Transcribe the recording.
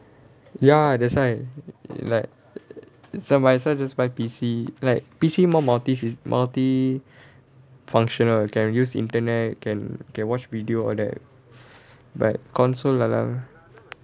ya that's why like somebody might as well just buy P_C like P_C more multi sys~ multi functional can use internet can can watch video all that but console